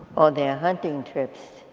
oh their hunting trips.